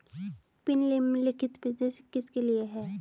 Pin निम्नलिखित में से किसके लिए है?